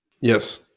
yes